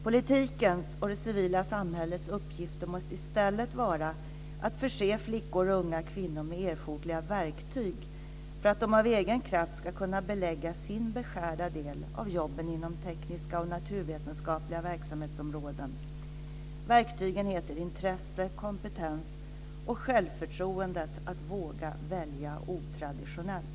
Politikens - och det civila samhällets - uppgift måste i stället vara att förse flickor och unga kvinnor med erforderliga verktyg för att de av egen kraft ska kunna belägga sin beskärda del av jobben inom tekniska och naturvetenskapliga verksamhetsområden. Verktygen heter intresse, kompetens och självförtroendet att våga välja otraditionellt.